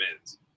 men's